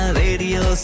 radio